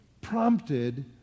prompted